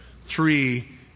three